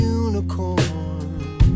unicorn